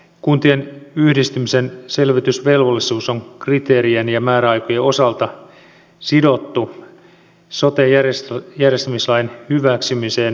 kuntien yhdistymisen selvitysvelvollisuus on kriteerien ja määräaikojen osalta sidottu sote järjestämislain hyväksymiseen eduskunnassa